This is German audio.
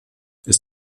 ist